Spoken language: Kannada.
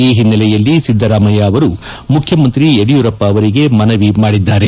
ಈ ಹಿನ್ನೆಲೆಯಲ್ಲಿ ಸಿದ್ದರಾಮಯ್ಯ ಮುಖ್ಯಮಂತ್ರಿ ಯಡಿಯೂರಪ್ಪ ಅವರಿಗೆ ಮನವಿ ಮಾಡಿದ್ದಾರೆ